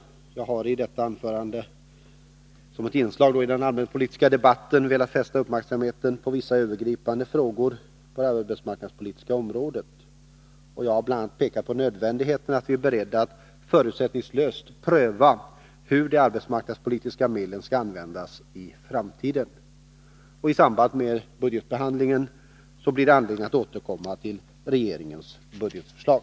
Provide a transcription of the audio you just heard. Jag har i detta anförande som ett inlägg i den allmänpolitiska debatten velat fästa uppmärksamheten på vissa övergripande frågor på det arbetsmarknadspolitiska området. Jag har bl.a. pekat på nödvändigheten av att vi är beredda att förutsättningslöst pröva hur de arbetsmarknadspolitiska medlen skall användas i framtiden. I samband med budgetbehandlingen blir det anledning att återkomma till regeringens budgetförslag.